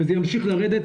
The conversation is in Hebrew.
וזה ימשיך לרדת.